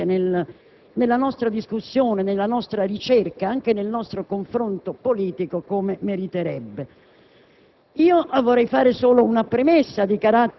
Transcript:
che non è così presente nella nostra discussione, nella nostra ricerca e nel nostro confronto politico come meriterebbe.